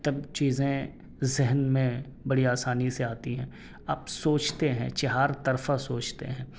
تب چیزیں ذہن میں بڑی آسانی سے آتی ہیں آپ سوچتے ہیں چہار طرفہ سوچتے ہیں